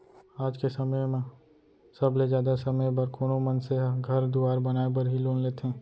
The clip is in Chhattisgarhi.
आज के समय म सबले जादा समे बर कोनो मनसे ह घर दुवार बनाय बर ही लोन लेथें